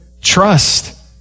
trust